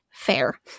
fair